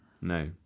No